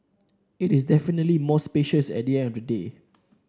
it is definitely more spacious at the end of the day